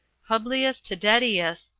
publius tidetius,